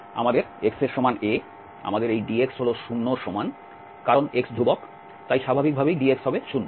আমাদের x এর সমান a আমাদের এই dx হল 0 এর সমান কারণ x ধ্রুবক তাই স্বাভাবিকভাবেই dx হবে 0